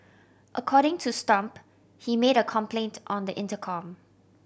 according to Stomp he made a complaint on the intercom